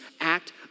act